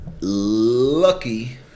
Lucky